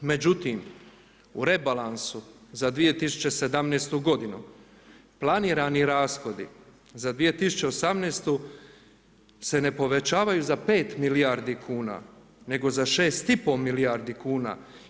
Međutim, u rebalansu za 2017. godinu planirani rashodi za 2018. se ne povećavaju za 5 milijardi kuna, nego za 6 i pol milijardi kuna.